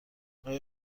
آیا